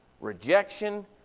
rejection